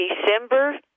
December